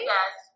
Yes